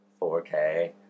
4K